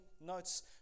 notes